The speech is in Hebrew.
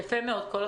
יפה מאוד, כל הכבוד.